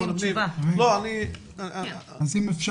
אני מציע